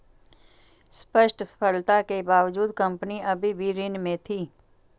स्पष्ट सफलता के बावजूद कंपनी अभी भी ऋण में थी